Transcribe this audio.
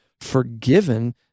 forgiven